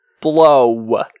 blow